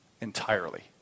Entirely